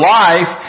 life